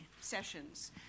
sessions